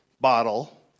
bottle